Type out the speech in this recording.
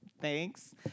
Thanks